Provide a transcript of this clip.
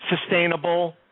sustainable